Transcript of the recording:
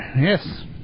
Yes